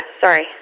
sorry